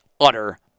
utter